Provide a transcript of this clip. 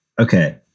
Okay